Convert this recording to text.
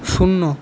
শূন্য